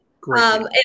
Great